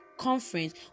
conference